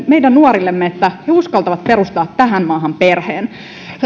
meidän nuorillemme että he uskaltavat perustaa tähän maahan perheen